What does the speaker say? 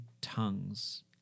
tongues